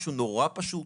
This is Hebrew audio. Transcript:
משהו נורא פשוט,